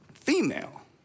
female